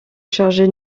charger